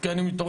כי אני מתעורר.